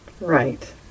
Right